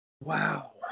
Wow